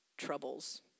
troubles